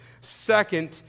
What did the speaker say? Second